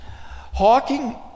Hawking